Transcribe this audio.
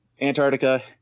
antarctica